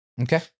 Okay